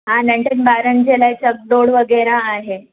हा नंढनि ॿारनि जे लाइ चकडोण वग़ैरह आहे